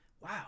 wow